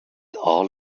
all